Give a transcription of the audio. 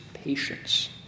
patience